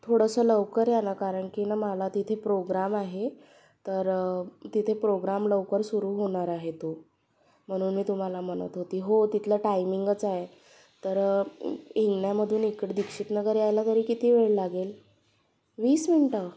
थोडसं लवकर या ना कारण की न मला तिथे प्रोग्राम आहे तर तिथे प्रोग्राम लवकर सुरू होणार आहे तो म्हणून मी तुम्हाला म्हणत होती हो तिथलं टायमिंगच आहे तर हिंगन्यामधून इक दीक्षितनगर यायला तरी किती वेळ लागेल वीस मिंट